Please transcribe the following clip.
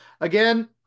again